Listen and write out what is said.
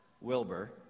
Wilbur